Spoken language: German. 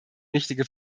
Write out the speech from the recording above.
richtige